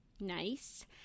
nice